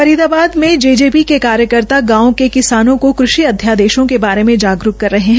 फरीदाबाद में जेजेपी के कार्यकर्ता गांव में किसानों को कृषि अध्यादेशों के बारे में जागरूक कर रहे हैं